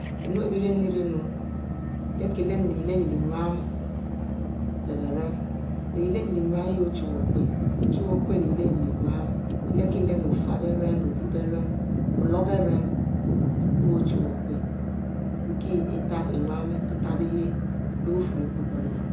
Nu ari bie inenu-rie lernkie lernu iyieh leh innu leh beren iyech ari innu yah ochuwue ikpue ochuwue opie nyin innu leh ofie beren olure beren oloro beren wu ochuwue opie kie-kich innu itabie yieh leh ikukulo